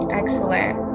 excellent